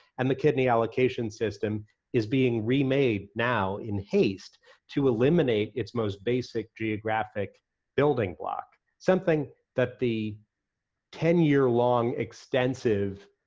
and the kidney allocation system is being remade now in haste to eliminate its most basic geographic building block, something that the ten year long extensive,